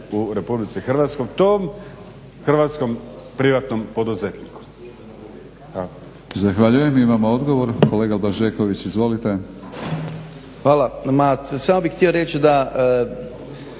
u Republici Hrvatskoj tom hrvatskom privatnom poduzetniku.